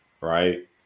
right